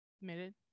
Admitted